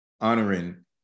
honoring